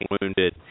wounded